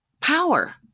power